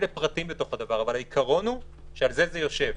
אלה פרטים בתוך זה, אבל על העיקרון הזה זה יושב,